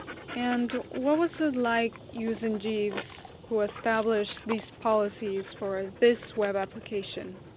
and what was it like using jeeves who established these policies for this web application?